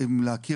כן.